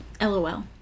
LOL